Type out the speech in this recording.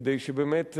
כדי שבאמת,